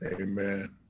Amen